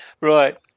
right